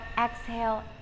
exhale